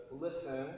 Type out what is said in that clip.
Listen